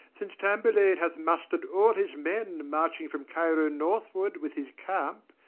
since tamburlaine hath muster'd all his men, marching from cairo northward, with his camp,